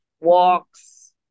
walks